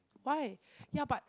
why ya but